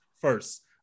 first